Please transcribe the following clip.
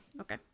okay